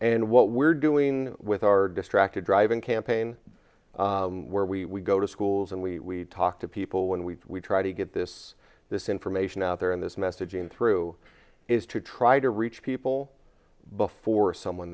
and what we're doing with our distracted driving campaign where we go to schools and we talk to people when we try to get this this information out there and this messaging through is to try to reach people before someone